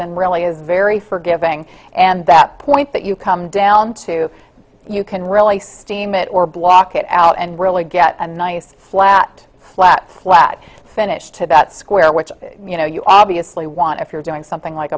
and really is very forgiving and that point that you come down to you can really steam it or block it out and really get a nice flat flat flat finish to that square which you know you obviously want if you're doing something like